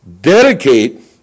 dedicate